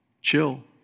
Chill